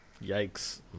Yikes